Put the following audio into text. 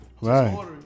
right